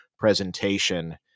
Presentation